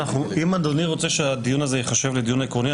אם אדוני רוצה שהדיון הזה יהיה עקרוני,